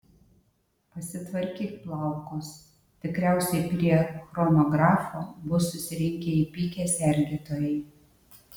pasitvarkyk plaukus tikriausiai prie chronografo bus susirinkę įpykę sergėtojai